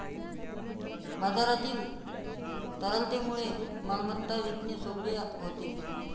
बाजारातील तरलतेमुळे मालमत्ता विकणे सोपे होते